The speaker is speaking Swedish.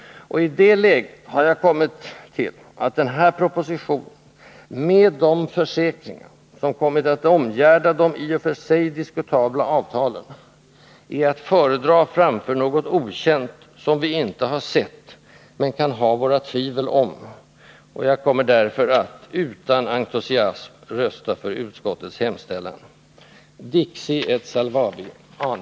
Och i det läget har jag kommit till att den här propositionen, med de försäkringar som kommit att omgärda de i och för sig diskutabla avtalen, är att föredra framför något okänt, som vi inte har sett men kan ha våra tvivel om. Jag kommer därför att, utan entusiasm, rösta för utskottets hemställan.